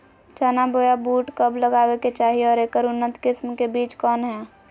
चना बोया बुट कब लगावे के चाही और ऐकर उन्नत किस्म के बिज कौन है?